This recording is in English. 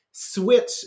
Switch